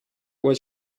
was